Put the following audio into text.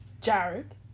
Jared